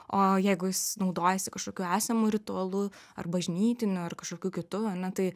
o jeigu jis naudojasi kažkokiu esamu ritualu ar bažnytiniu ar kažkokiu kitu ane tai